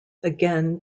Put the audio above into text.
again